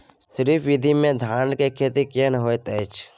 श्री विधी में धान के खेती केहन होयत अछि?